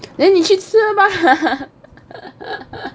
then 你去吃啦